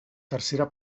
tercera